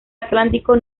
atlántico